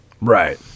Right